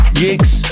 gigs